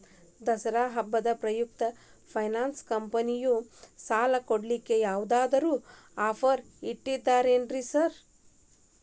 ದಸರಾ ಹಬ್ಬದ ಪ್ರಯುಕ್ತ ಫೈನಾನ್ಸ್ ಕಂಪನಿಯವ್ರು ಸಾಲ ಕೊಡ್ಲಿಕ್ಕೆ ಯಾವದಾದ್ರು ಆಫರ್ ಇಟ್ಟಾರೆನ್ರಿ ಸಾರ್?